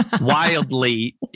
wildly